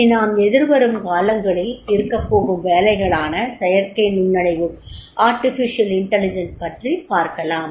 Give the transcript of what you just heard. இனி நாம் எதிர்வரும் காலங்களில் இருக்கப்போகும் வேலைகளான செயற்கை நுண்ணறிவு பற்றிப் பார்க்கலாம்